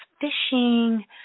fishing